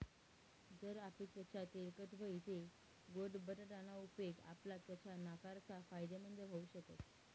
जर आपली त्वचा तेलकट व्हयी तै गोड बटाटा ना उपेग आपला त्वचा नाकारता फायदेमंद व्हऊ शकस